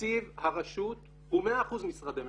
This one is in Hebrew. תקציב הרשות הוא מאה אחוז משרדי ממשלה.